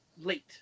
late